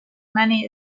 many